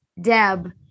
Deb